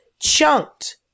chunked